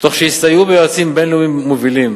תוך שהסתייעו ביועצים בין-לאומיים מובילים.